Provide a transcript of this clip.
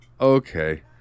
okay